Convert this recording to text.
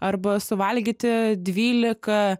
arba suvalgyti dvylika